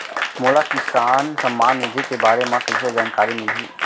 मोला किसान सम्मान निधि के बारे म कइसे जानकारी मिलही?